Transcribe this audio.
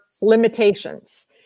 limitations